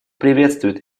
приветствует